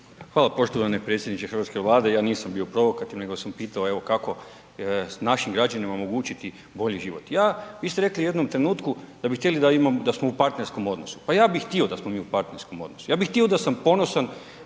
Hvala poštovani predsjedniče hrvatske Vlade, ja nisam bio provokativan, nego sam pitao evo kako našim građanima omogućiti bolji život? Ja, vi ste rekli u jednom trenutku da bi htjeli da smo u partnerskom odnosu, pa ja bi htio da smo mi u partnerskom odnosu, ja sam htio da sam ponosan